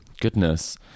Goodness